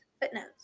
footnotes